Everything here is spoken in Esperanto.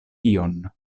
ion